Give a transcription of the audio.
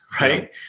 right